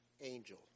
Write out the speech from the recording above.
angel